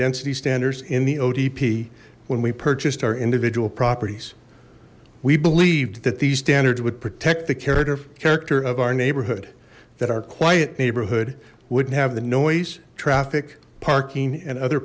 density standards in the otp when we purchased our individual properties we believed that these standards would protect the character character of our neighborhood that our quiet neighborhood wouldn't have the noise traffic parking and other